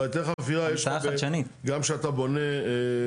לא, היתר חפירה יש לך גם כשאתה בונה בניין,